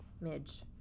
Midge